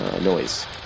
noise